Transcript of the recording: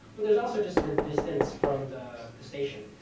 but there's also just the distance from the station,